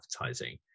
advertising